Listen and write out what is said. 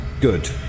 Good